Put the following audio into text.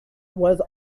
was